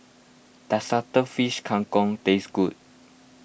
does Cuttlefish Kang Kong taste good